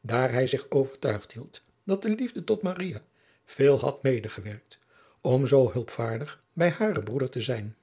daar hij zich overtuigd hield dat de liefde tot maria veel had medegewerkt om zoo hulpvaardig bij haren broeder te zijn